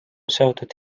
seotud